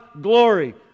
glory